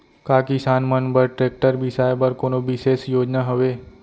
का किसान मन बर ट्रैक्टर बिसाय बर कोनो बिशेष योजना हवे?